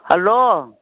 hello